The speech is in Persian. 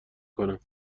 کنم